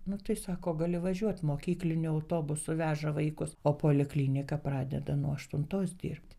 nu tai sako gali važiuot mokykliniu autobusu veža vaikus o poliklinika pradeda nuo aštuntos dirbt